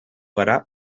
gara